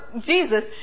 Jesus